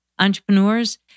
entrepreneurs